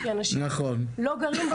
כי אנשים לא גרים במקום.